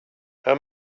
how